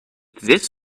this